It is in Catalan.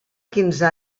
quinze